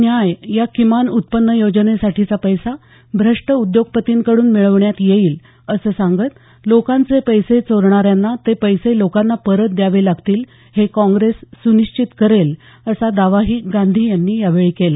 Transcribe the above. न्याय या किमान उत्पन्न योजनेसाठीचा पैसा भ्रष्ट उद्योगपतींकडून मिळवण्यात येईल असं सांगत लोकांचे पैसे चोरणाऱ्यांना ते पैसे लोकांना परत द्यावे लागतील हे काँग्रेस सुनिश्चित करेल असा दावाही गांधी यांनी यावेळी केला